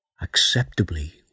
acceptably